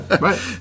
Right